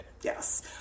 Yes